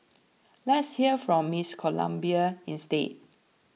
let's hear from Miss Colombia instead